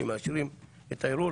שמאשרים את הערעור,